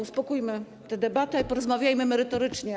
Uspokójmy tę debatę i porozmawiajmy merytorycznie.